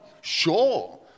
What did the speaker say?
sure